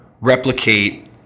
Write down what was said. replicate